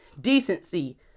decency